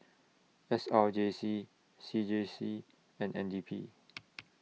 S R J C C J C and N D P